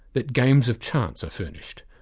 that games of chance are furnished.